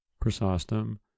Chrysostom